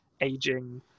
Aging